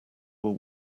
were